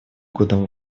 годом